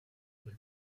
quel